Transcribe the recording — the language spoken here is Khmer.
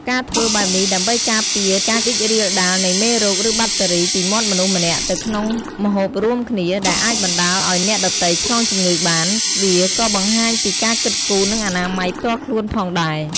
ការធ្វើបែបនេះដើម្បីការពារការរីករាលដាលនៃមេរោគ ឬបាក់តេរីពីមាត់មនុស្សម្នាក់ទៅក្នុងម្ហូបរួមគ្នា ដែលអាចបណ្តាលឲ្យអ្នកដទៃឆ្លងជំងឺបាន វាក៏បង្ហាញពីការគិតគូរនិងអនាម័យផ្ទាល់ខ្លួនផងដែរ។